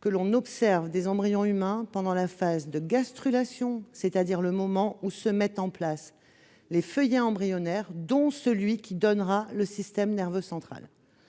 que l'on observe des embryons humains pendant la phase de gastrulation, c'est-à-dire le moment où se mettent en place les feuillets embryonnaires, dont celui qui donnera le système nerveux central.